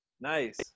Nice